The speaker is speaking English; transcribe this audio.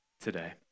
today